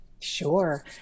Sure